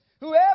whoever